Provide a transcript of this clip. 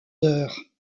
heures